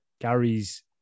Gary's